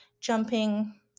jumping